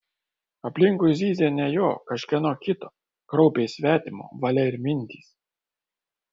aplinkui zyzė ne jo kažkieno kito kraupiai svetimo valia ir mintys